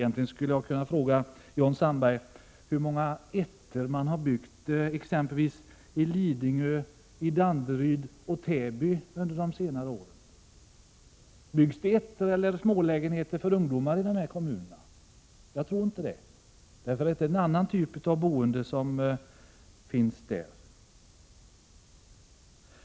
Jag skulle vidare vilja fråga Jan Sandberg hur många ettor som man har byggt exempelvis i Lidingö, Danderyd och Täby under senare år. Byggs det ettor eller smålägenheter för ungdomar i dessa kommuner? Jag tror inte det. Det är en annan typ av boende som finns där.